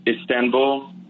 Istanbul